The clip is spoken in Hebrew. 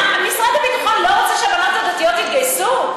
מה, משרד הביטחון לא רוצה שהבנות הדתיות יתגייסו?